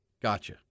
Gotcha